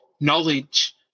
knowledge